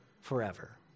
forever